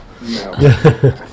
No